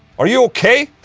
are you okay?